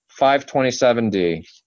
527D